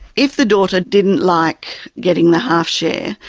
if the daughter didn't like getting the half share,